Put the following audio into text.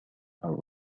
are